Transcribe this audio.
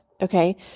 Okay